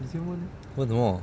问什么